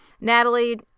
Natalie